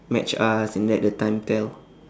match us and let the time tell